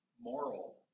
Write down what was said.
moral